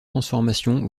transformations